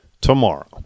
tomorrow